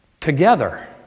together